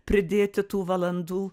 pridėti tų valandų